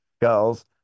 girls